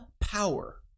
power